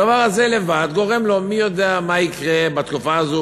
הדבר הזה לבד גורם לו: מי יודע מה יקרה בתקופה הזאת,